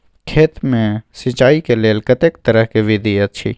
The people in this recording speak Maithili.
खेत मे सिंचाई के लेल कतेक तरह के विधी अछि?